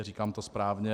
Říkám to správně?